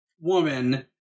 woman